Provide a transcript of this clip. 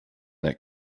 that